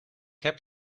heb